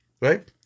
Right